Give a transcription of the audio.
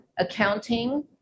accounting